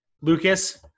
Lucas